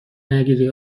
نگیری